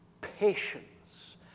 patience